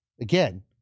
again